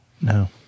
No